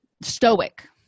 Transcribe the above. stoic